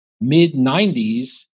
mid-90s